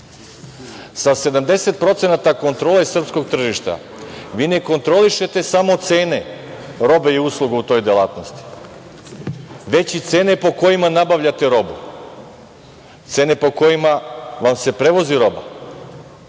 70% kontrole srpskog tržišta vi ne kontrolišete samo cene robe i usluga u toj delatnosti, već i cene po kojima nabavljate robu, cene po kojima vam se prevozi roba,